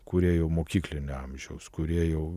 kurie jau mokyklinio amžiaus kurie jau